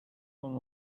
үнэн